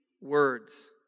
words